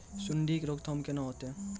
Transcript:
सुंडी के रोकथाम केना होतै?